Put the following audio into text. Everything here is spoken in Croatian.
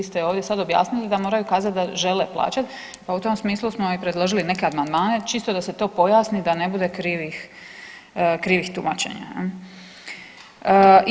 Vi ste ovdje sad objasnili da moraju kazati da žele plaćati pa u tom smislu smo i predložili neke amandmane čisto da se to pojasni, da ne bude krivih tumačenja, je li?